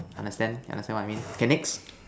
understand understand what I mean okay next